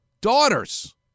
daughters